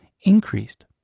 increased